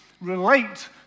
relate